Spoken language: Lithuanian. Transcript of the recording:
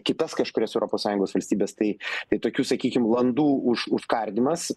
kitas kažkurias europos sąjungos valstybes tai tai tokių sakykim landų už užkardymas